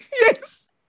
Yes